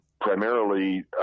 primarily